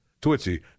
Twitchy